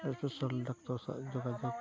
social doctor ᱥᱟᱶ ᱡᱳᱜᱟᱡᱳᱜ